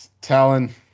Talon